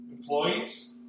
Employees